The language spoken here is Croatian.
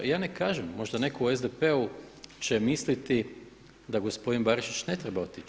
Ja ne kažem, možda netko u SDP-u će misliti da gospodin Barišić ne treba otići.